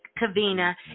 Kavina